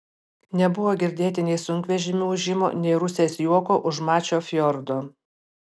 nebuvo girdėti nei sunkvežimių ūžimo nei rusės juoko už mačio fjordo